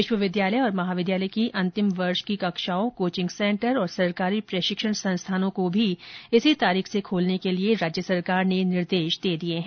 विश्वविद्यालय और महाविद्यालय की अन्तिम वर्ष की कक्षाओं कोचिंग सेन्टर तथा सरकारी प्रशिक्षण संस्थानों को भी इसी तारीख से खोलने के लिए राज्य सरकार ने निर्देश दे दिए हैं